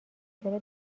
چرا